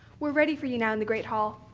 we're ready for you now in the great hall.